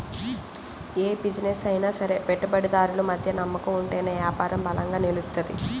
యే బిజినెస్ అయినా సరే పెట్టుబడిదారులు మధ్య నమ్మకం ఉంటేనే యాపారం బలంగా నిలుత్తది